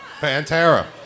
Pantera